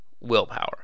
willpower